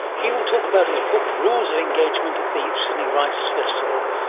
he will talk about his book rules of engagement at the sydney writer's festival,